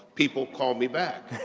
people call me back.